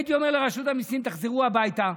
הייתי אומר לרשות המיסים: תחזרו הביתה,